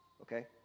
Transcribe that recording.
Okay